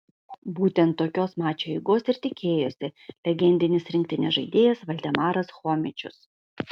būtent tokios mačo eigos ir tikėjosi legendinis rinktinės žaidėjas valdemaras chomičius